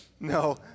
No